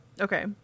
Okay